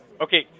Okay